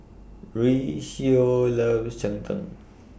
Rocio loves Cheng Tng